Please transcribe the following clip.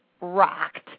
rocked